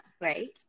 Right